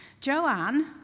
Joanne